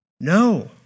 No